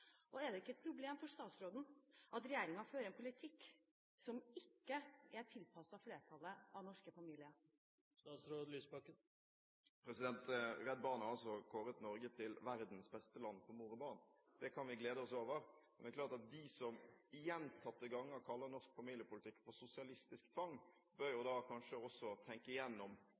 Er det ikke et problem for statsråden at regjeringen fører en politikk som ikke er tilpasset flertallet av norske familier? Redd Barna har kåret Norge til verdens beste land for mor og barn. Det kan vi glede oss over. Men det er klart at de som gjentatte ganger kaller norsk familiepolitikk for sosialistisk tvang, bør kanskje også tenke